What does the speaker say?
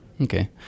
Okay